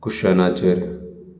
कुशनाचेर